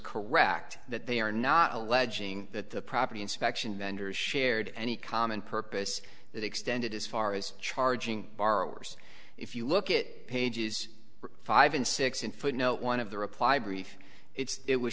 correct that they are not alleging that the property inspection vendors shared any common purpose that extended as far as charging borrowers if you look at pages five and six in footnote one of the reply brief it's it was